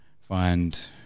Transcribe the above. find